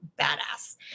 badass